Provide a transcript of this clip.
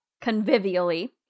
Convivially